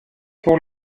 pour